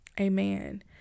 Amen